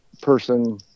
person